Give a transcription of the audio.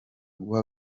guha